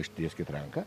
ištieskit ranką